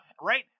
Right